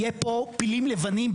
יהיו פה פילים לבנים,